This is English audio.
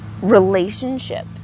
relationship